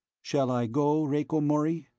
shall i go, rieko mori?